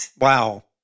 Wow